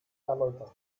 erläutert